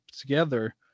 together